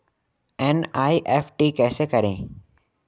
NEFT कैसे करें?